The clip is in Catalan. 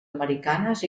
americanes